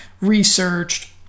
researched